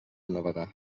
navegar